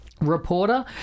reporter